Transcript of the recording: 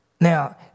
Now